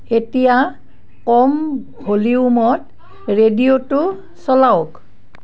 এতিয়া কম ভলিউমত ৰেডিঅ'টো চলাওক